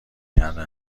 کرده